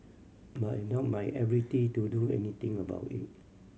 but I doubted my ability to do anything about it